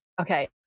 Okay